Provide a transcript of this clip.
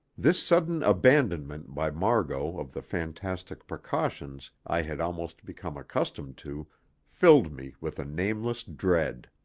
this sudden abandonment by margot of the fantastic precautions i had almost become accustomed to filled me with a nameless dread.